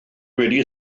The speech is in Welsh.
wedi